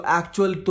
actual